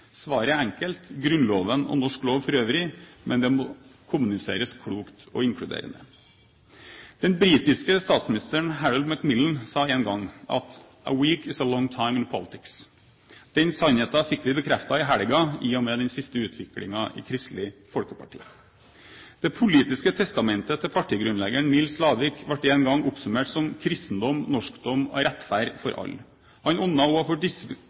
Svaret er enkelt: Grunnloven og norsk lov for øvrig. Men det må kommuniseres klokt og inkluderende. Den britiske statsministeren Harold Macmillan sa en gang at «a week is a long time i politics». Den sannheten fikk vi bekreftet i helgen, i og med den siste utviklingen i Kristelig Folkeparti. Det politiske testamentet til partigrunnleggeren Nils Lavik ble en gang oppsummert som «kristendom, norskdom og rettferd for alle». Han åndet også for distriktspolitikk og